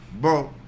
bro